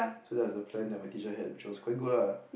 so that was the plan that my teacher had which was quite good lah